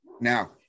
Now